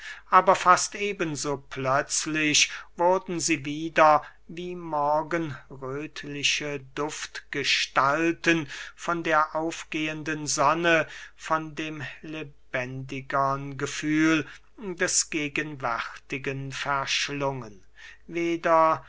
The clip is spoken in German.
aber fast eben so plötzlich wurden sie wieder wie morgenröthliche duftgestalten von der aufgehenden sonne von dem lebendigern gefühl des gegenwärtigen verschlungen weder